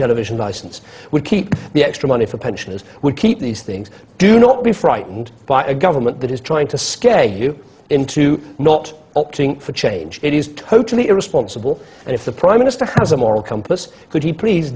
television license would keep the extra money for pensioners would keep these things do not be frightened by a government that is trying to scare you into not opting for change it is totally irresponsible and if the prime minister has a moral compass could he pl